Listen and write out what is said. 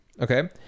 Okay